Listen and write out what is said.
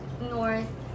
north